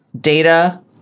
Data